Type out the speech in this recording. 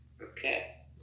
Okay